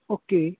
okay